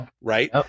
right